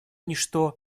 ничто